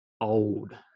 old